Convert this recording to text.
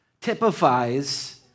typifies